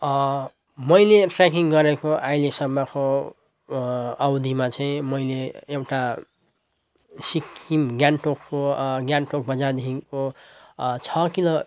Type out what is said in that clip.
मैले ट्रेकिङ गरेको अहिलेसम्मको अवधिमा चाहिँ मैले एउटा सिक्किम गान्तोकको गान्तोक बजारदेखिको छ किलो